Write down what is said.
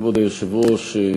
כבוד היושב-ראש,